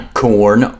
corn